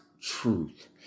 truth